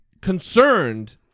concerned